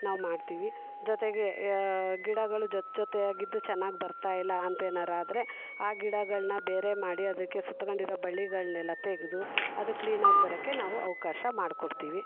ನಾವು ಮಾಡ್ತೀವಿ ಜೊತೆಗೆ ಗಿಡಗಳು ಜೊತೆ ಜೊತೆಯಾಗಿದ್ದು ಚೆನ್ನಾಗಿ ಬರ್ತಾಯಿಲ್ಲ ಅಂತೇನಾದ್ರು ಆದರೆ ಆ ಗಿಡಗಳನ್ನ ಬೇರೆ ಮಾಡಿ ಅದಕ್ಕೆ ಸುತ್ಕೊಂಡಿರೋ ಬಳ್ಳಿಗಳನ್ನೆಲ್ಲ ತೆಗೆದು ಅದು ಕ್ಲೀನಾಗಿ ಬರೋಕ್ಕೆ ನಾವು ಅವಕಾಶ ಮಾಡ್ಕೊಡ್ತೀವಿ